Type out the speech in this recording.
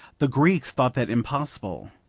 the greeks thought that impossible.